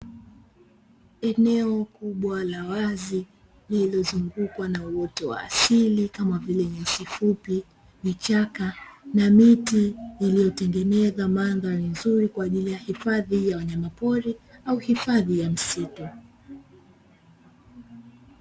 Eneo kubwa la wazi lilizozungukwa na uoto wa asili kama vile: nyasi fupi, vichaka, na miti iliyotengenezwa mandhari nzuri kwaajili ya hifadhi ya wanyamapori au hifadhi ya misitu.